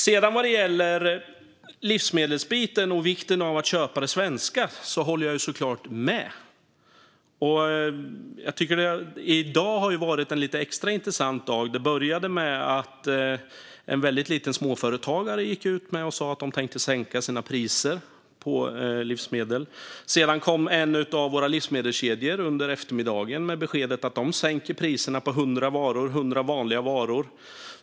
När det gäller livsmedel och vikten av att köpa det som är svenskt håller jag såklart med ledamoten. I dag har det varit en lite extra intressant dag. Det började med att en väldigt liten småföretagare gick ut och sa att man tänkte sänka sina priser på livsmedel. Sedan kom en av våra livsmedelskedjor under eftermiddagen med beskedet att de sänker priserna på 100 vanliga varor.